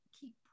keep